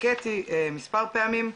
הקאתי מספר פעמים,